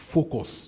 Focus